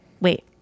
wait